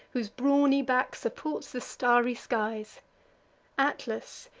whose brawny back supports the starry skies atlas,